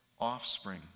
offspring